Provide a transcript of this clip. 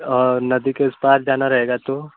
और नदी के उस पार जाना रहेगा तो